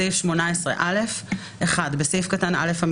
בסעיף 18א בסעיף קטן (א),